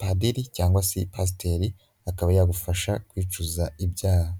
padiri cyangwa se pasiteri akaba yagufasha kwicuza ibyaha.